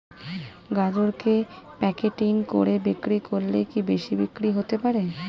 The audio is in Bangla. গাজরকে প্যাকেটিং করে বিক্রি করলে কি বেশি বিক্রি হতে পারে?